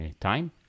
time